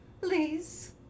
Please